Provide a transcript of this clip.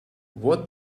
what